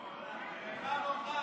אינה נוכחת,